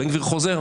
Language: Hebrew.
בן גביר חוזר.